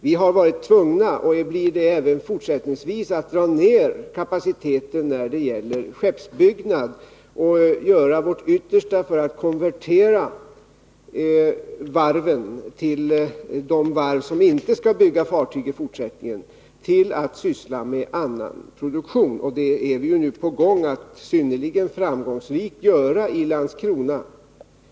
Vi har varit tvungna och lä även fortsättningsvis tvingas att dra ner kapaciteten när det gäller skeppsbyggnad och att göra vårt yttersta för att konvertera de varv som i fortsättningen inte skall bygga fartyg till att syssla med annan produktion. En sådan konvertering är vi nu på väg att. synnerligen framgångsrikt, göra i Landskrona.